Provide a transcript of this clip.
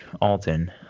Alton